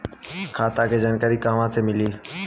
खाता के जानकारी कहवा से मिली?